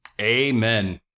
amen